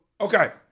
Okay